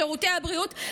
לשירותי הבריאות,